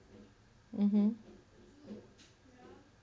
mmhmm